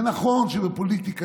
זה נכון שבפוליטיקה,